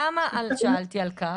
למה שאלתי על כך?